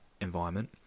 environment